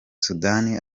sudani